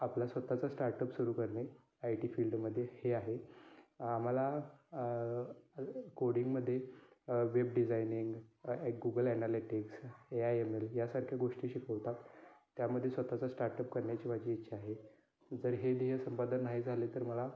आपलं स्वतःचं स्टार्टअप सुरू करणे आय टी फिल्डमध्ये हे आहे मला कोडींगमध्ये web designing Google analytics A I M L यासारख्या गोष्टी शिकवतात त्यामध्ये स्वतःचा स्टार्टअप करण्याची माझी इच्छा आहे जर हे ध्येय समजा जर नाही झाले तर मला